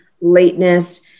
lateness